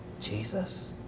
Jesus